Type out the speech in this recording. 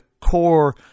core